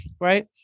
right